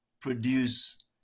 produce